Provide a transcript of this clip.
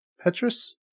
Petrus